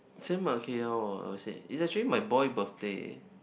same ah K L ah I would say it's actually my boy birthday